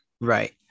Right